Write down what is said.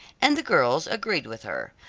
and the girls agreed with her.